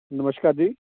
ਨਮਸਕਾਰ ਜੀ